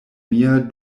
mia